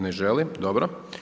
Ne želi, dobro.